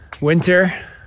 winter